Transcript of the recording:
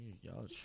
Y'all